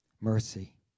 mercy